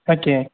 okay